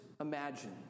imagine